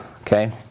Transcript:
okay